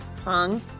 Hong